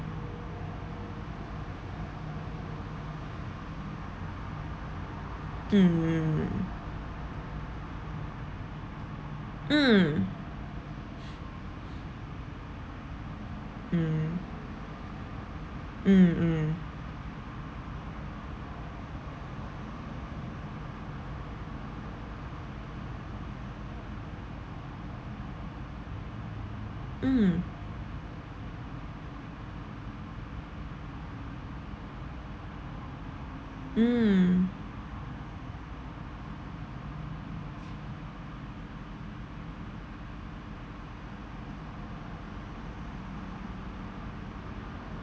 mmhmm mm mm mm mm mm mm